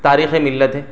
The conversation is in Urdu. تاریخ ملت ہے